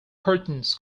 curtains